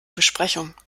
besprechung